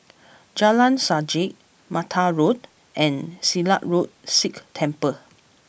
Jalan Sajak Mattar Road and Silat Road Sikh Temple